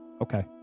okay